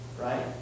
right